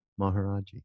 Maharaji